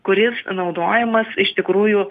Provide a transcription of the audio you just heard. kuris naudojamas iš tikrųjų